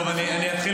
טוב, אני אתחיל